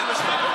אין השבעה?